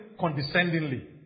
condescendingly